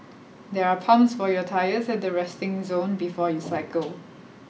there are pumps for your tyres at the resting zone before you cycle